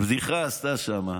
בדיחה עשתה שם,